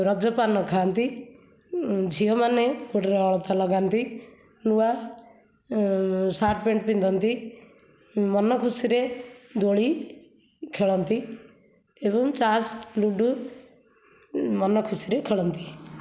ରଜ ପାନ ଖାଆନ୍ତି ଝିଅମାନେ ଗୋଡ଼ରେ ଅଳତା ଲଗାନ୍ତି ନୂଆ ସାର୍ଟ ପ୍ୟାଣ୍ଟ ପିନ୍ଧନ୍ତି ମନ ଖୁସିରେ ଦୋଳି ଖେଳନ୍ତି ଏବଂ ତାସ୍ ଲୁଡ଼ୁ ମନଖୁସିରେ ଖେଳନ୍ତି